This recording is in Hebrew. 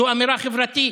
זאת אמירה חברתית.